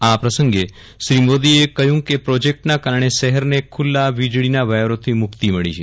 આ પ્રસંગે શ્રી મોદીએ કહ્યું કે પ્રોજેક્ટના કારણે શહેરને ખુલ્લા વીજળીના વાયરોથી મુક્ત મળી છે